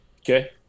Okay